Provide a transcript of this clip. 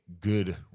good